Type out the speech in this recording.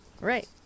right